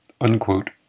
Unquote